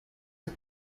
are